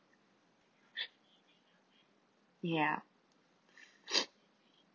ya